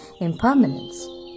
impermanence